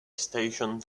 station